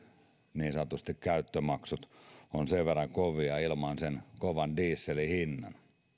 niin sanotut käyttömaksut ovat sen verran kovia ilman sen kovan dieselin hintaa